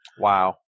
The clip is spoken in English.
Wow